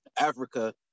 africa